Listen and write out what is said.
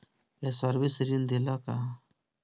ये सर्विस ऋण देला का?